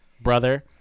brother